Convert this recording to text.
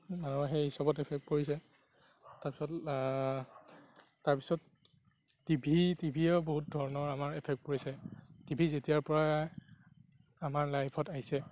আৰু সেই হিচাপত এফেক্ট কৰিছে তাৰপিছত তাৰপিছত টি ভি টিভিয়েও বহুত ধৰণৰ আমাৰ এফেক্ট কৰিছে টি ভি যেতিয়াৰ পৰাই আমাৰ লাইফত আহিছে